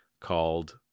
called